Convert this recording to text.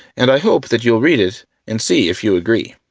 and i hope that you'll read it and see if you agree.